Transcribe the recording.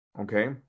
Okay